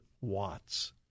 watts